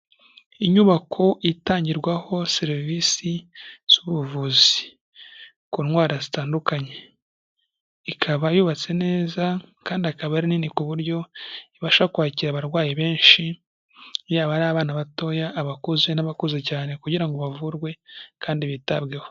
Inyubako itangirwaho serivisi z'ubuvuzi ku ndwara zitandukanye, ikaba yubatse neza kandi akaba ari nini ku buryo ibasha kwakira abarwayi benshi, yaba ari abana batoya, abakuze n'abakuze cyane kugira ngo bavurwe kandi bitabweho.